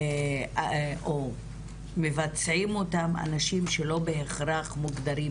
או מבצעים אותם אנשים שלא בהכרח מוגדרים